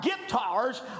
guitars